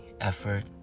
effort